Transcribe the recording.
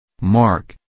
Mark